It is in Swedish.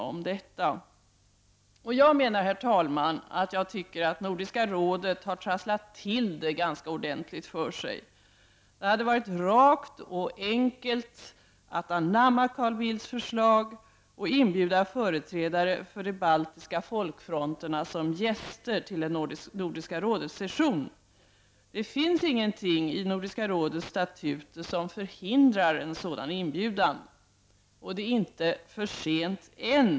Jag tycker, herr talman, att Nordiska rådet har trasslat till det ordentligt för sig. Det hade varit rakt och enkelt att anamma Carl Bildts förslag att inbjuda företrädare för de baltiska folkfronterna som gäster till en session med Nordiska rådet. Det finns ingenting i Nordiska rådets statuter som förhindrar en sådan inbjudan. Och det är inte för sent än.